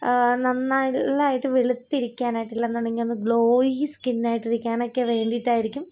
നന്നായ് ട്ട് വെളുത്തിരിക്കാനായിട്ടില്ലെന്നുണ്ടെങ്കില് ഒന്ന് ഗ്ലോയി സ്കിനായിട്ടിരിക്കാനൊക്കെ വേണ്ടിയിട്ടായിരിക്കും